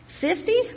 Fifty